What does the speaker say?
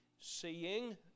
seeing